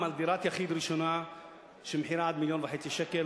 על דירת יחיד ראשונה שמחירה עד מיליון וחצי שקל.